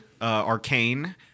Arcane